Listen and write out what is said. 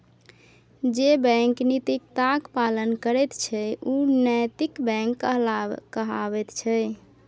जे बैंक नैतिकताक पालन करैत छै ओ नैतिक बैंक कहाबैत छै